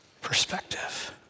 perspective